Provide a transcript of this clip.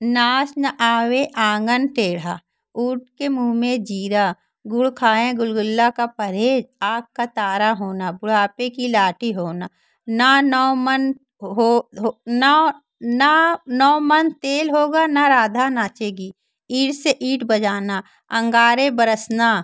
नाच ना आवे आँगन टेढ़ा ऊंट के मुँह में ज़ीरा गुड़ खाएँ गुलगुलों का परहेज़ आँख का तारा होना बुढ़ापे की लाठी होना ना नौ मन हो नाै ना नौ मन तेल होगा ना राधा नाचेगी ईंट से ईंट बजाना अंगारे बरसना